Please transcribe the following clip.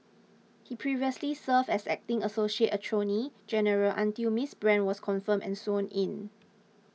he previously served as acting associate attorney general until Miss Brand was confirmed and sworn in